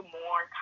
more